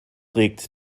regt